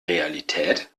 realität